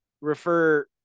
refer